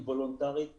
היא וולנטרית לחלוטין.